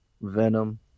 venom